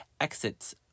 exits